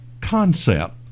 concept